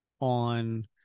on